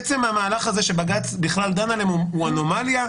עצם המהלך הזה שבג"ץ בכלל דן עליהם הוא אנומליה.